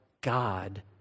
God